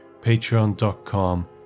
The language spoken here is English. patreon.com